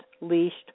leashed